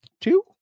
two